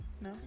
No